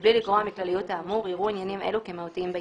בלי לגרוע מכלליות האמור יראו עניינים אלה כמהותיים בעסקה: